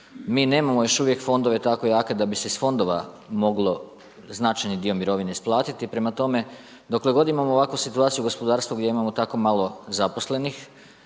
Mi nemamo još uvijek fondove, tako jake da bi se iz fondova moglo značajni dio mirovina isplatiti. Prema tome, dokle god imamo ovakvu situaciju u gospodarstvu, gdje imamo tako malo zaposlenih,